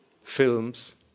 films